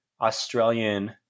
Australian